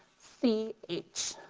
c h.